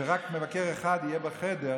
שרק מבקר אחד יהיה בחדר.